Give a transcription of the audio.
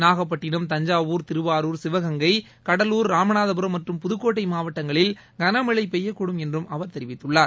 நாகப்பட்டிணம் தஞ்சாவூர் திருவாரூர் சிவகங்கை கடலூர் ராமநாதபுரம் மற்றம் புதக்கோட்டை மாவட்டங்களில் கனமழை பெய்யக்கூடும் என்று அவர் தெரிவித்தார்